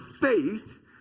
faith